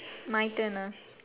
my turn ah